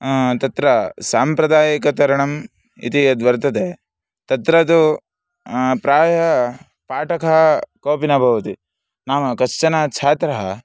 तत्र साम्प्रदायिकतरणम् इति यद्वर्तते तत्र तु प्रायः पाटकः कोपि न भवति नाम कश्चन छात्रः